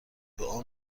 دعا